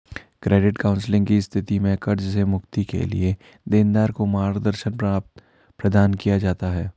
credit counselling की स्थिति में कर्ज से मुक्ति के लिए देनदार को मार्गदर्शन प्रदान किया जाता है